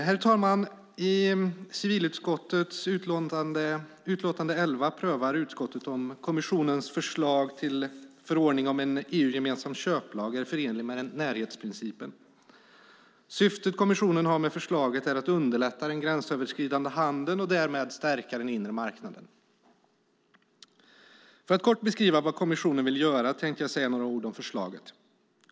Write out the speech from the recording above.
Herr talman! I civilutskottets utlåtande 11 prövar utskottet om kommissionens förslag till förordning om en EU-gemensam köplag är förenligt med närhetsprincipen. Syftet kommissionen har med förslaget är att underlätta den gränsöverskridande handeln och därmed stärka den inre marknaden. För att kortfattat beskriva vad kommissionen vill göra tänkte jag säga några ord om förslaget.